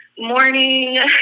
morning